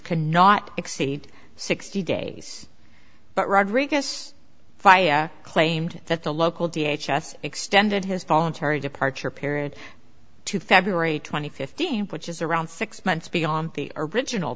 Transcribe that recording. cannot exceed sixty days but rodriguez claimed that the local d h s s extended his voluntary departure period to february twenty fifth which is around six months beyond the original